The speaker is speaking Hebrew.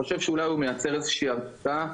חושב שאולי הוא מייצר איזו שהיא הרתעה,